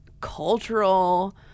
cultural